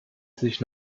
sich